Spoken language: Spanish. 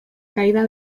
caída